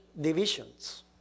divisions